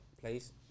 place